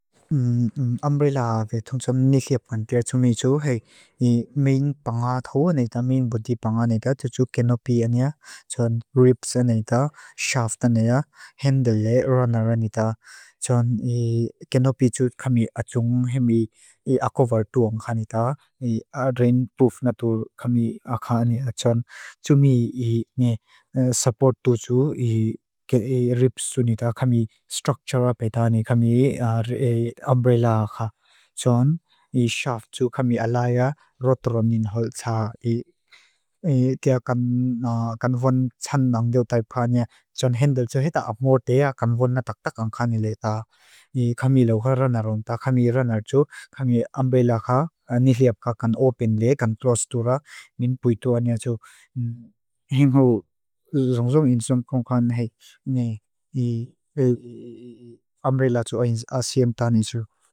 Umbrella ve thung tsam niliap ngun tia tsu mi tsu he. I main pangathu anita, main budi pangath anita. Tsu tsu kenopi anita, tsun ribs anita, shaft anita, handle e runner anita. Tsun i kenopi tsu kami ajung, hemi i akovar tuang kanita. I rain proof natu kami akha anita. Tsun tsu mi i support tu tsu, i ribs tu anita. Tsu kami structure a peita anita, kami umbrella a akha. Tumbrella ve thung tsam niliap ngun tia tsu mi tsu he. I main pangathu anita, main budi pangath anita. Tsu tsu kenopi anita, tsun ribs anita, shaft anita, handle e runner anita. Tsun i kenopi tsu kami ajung, hemi i akovar tuang kanita. I rain proof natu kami akha anita. Tsun tsu mi i support tu tsu, i ribs tu anita. Tsu kami structure a peita anita, kami ambrella a akha. Tsun i shaft tu kami alaya roturam ninhol tsa. I tia kanvon tsan ang deo taipa anita. Tsun handle tu hita up more dea kanvona tak tak ang kani leta. I kami laukha runner anita. Kami runner tu kami umbrella akha niliap ka kan open le, kan close tu ra. Min puitu anita tu. Henho zongzong in tsum kon kani nai. I ambrella tu a siem tanitu. sun i shaft tu kami alaya roturam ninhol tsa. I tia kanvon tsan ang deo taipa anita. Tsun handle tu hita up more dea kanvona tak tak ang kani leta. I kami laukha runner anita. Kami runner tu kami umbrella akha niliap ka kan open le, kan close tu ra. Min puitu anita tu. Henho zongzong in tsum kon kani nai. I umbrella tu a siem tanitu.